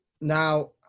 Now